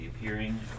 appearing